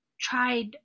tried